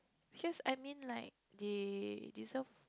cause I mean like they dissolve